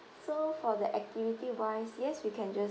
so for the activity wise yes we can just